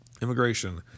Immigration